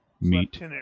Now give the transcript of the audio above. meet